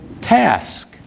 task